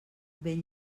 ben